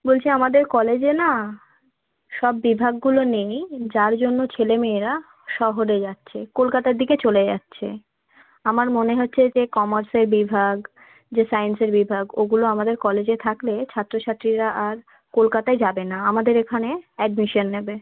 বলছি আমাদের কলেজে না সব বিভাগগুলো নেই যার জন্য ছেলেমেয়েরা শহরে যাচ্ছে কলকাতার দিকে চলে যাচ্ছে আমার মনে হচ্ছে যে কমার্সের বিভাগ যে সাইন্সের বিভাগ ওগুলো আমাদের কলেজে থাকলে ছাত্র ছাত্রীরা আর কলকাতায় যাবে না আমাদের এখানে অ্যাডমিসন নেবে